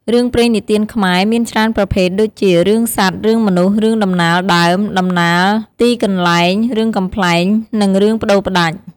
រឿងព្រេងនិទានខ្មែរមានច្រើនប្រភេទដូចជា រឿងសត្វ រឿងមនុស្ស រឿងដំណាលដើម តំណាលទីកន្លែង រឿងកំប្លែង និងរឿងប្ដូរផ្ដាច់។